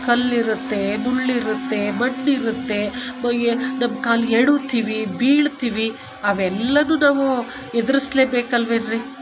ಕಲ್ಲಿರುತ್ತೆ ಮುಳ್ಳಿರುತ್ತೆ ಮಣ್ಣು ಇರುತ್ತೆ ನಮ್ಮ ಕಾಲು ಎಡುವ್ತೀವಿ ಬೀಳ್ತೀವಿ ಅವೆಲ್ಲದು ನಾವು ಎದುರಿಸ್ಲೇ ಬೇಕಲ್ವೇನ್ರಿ